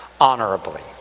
honorably